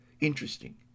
Interesting